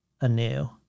anew